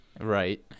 Right